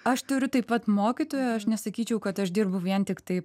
aš turiu taip pat mokytoją aš nesakyčiau kad aš dirbu vien tiktai